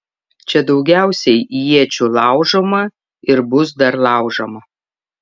čia daugiausiai iečių laužoma ir bus dar laužoma